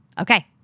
Okay